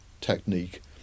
technique